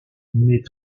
mais